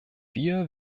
wir